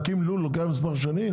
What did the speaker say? להקים לול לוקח מספר שנים?